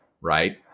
right